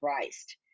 Christ